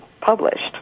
published